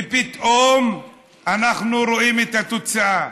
ופתאום אנחנו רואים את התוצאה: